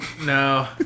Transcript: no